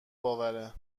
باوره